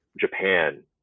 Japan